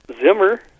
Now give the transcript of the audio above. Zimmer